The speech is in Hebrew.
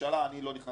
אני לא נכנס לזה.